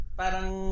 parang